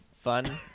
fun